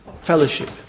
fellowship